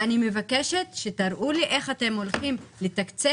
אני מבקשת שתראו לי איך אתם הולכים לתקצב